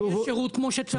שיינתן שירות כמו שצריך,